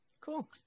Cool